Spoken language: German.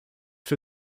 für